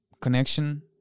connection